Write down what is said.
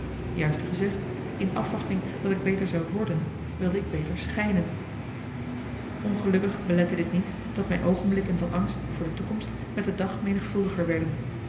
juister gezegd in afwachting dat ik beter zou worden wilde ik beter schijnen ongelukkig belette dit niet dat mijn oogenblikken van angst voor de toekomst met de dag menigvuldiger werden